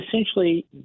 essentially